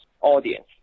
audience